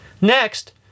Next